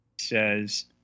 says